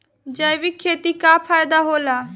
जैविक खेती क का फायदा होला?